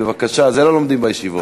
את זה לא לומדים בישיבות.